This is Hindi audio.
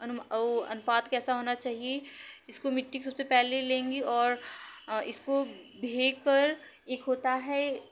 अनुपात कैसा होना चाहिए इसको मिट्टी सबसे पहले लेंगे और अ इसको भें कर एक होता है